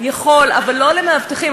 שיכול, אבל לא למאבטחים.